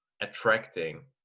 attracting